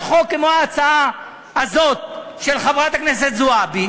חוק כמו ההצעה הזאת של חברת הכנסת זועבי,